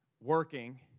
working